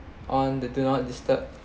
on the do not disturb